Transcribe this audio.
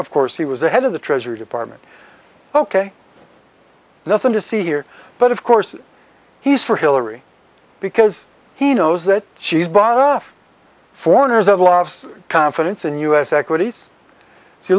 of course he was the head of the treasury department ok nothing to see here but of course he's for hillary because he knows that she's bought off foreigners have lost confidence in u s equities